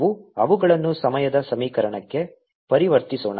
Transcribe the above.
ನಾವು ಅವುಗಳನ್ನು ಸಮಯದ ಸಮೀಕರಣಕ್ಕೆ ಪರಿವರ್ತಿಸೋಣ